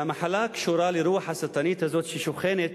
והמחלה קשורה לרוח השטנית הזאת ששוכנת